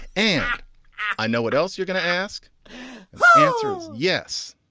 and i know what else you're going to ask and answer is. yes,